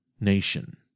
nation